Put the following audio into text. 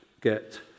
get